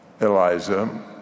Eliza